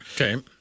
Okay